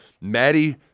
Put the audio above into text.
Maddie